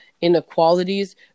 inequalities